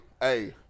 hey